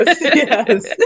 Yes